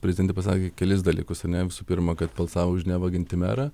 prezidentė pasakė kelis dalykus visų pirma kad balsavo už nevagiantį merą